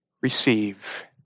receive